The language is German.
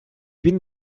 bin